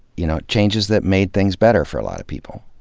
you know changes that made things better for a lot of people.